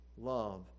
love